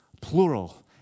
Plural